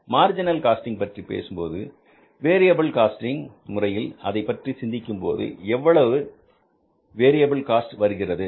marginal costing பற்றிப் பேசும்போது variable costing முறையில் அதை பற்றி சிந்திக்கும்போது எவ்வளவு வேரியபில் காஸ்ட் வருகிறது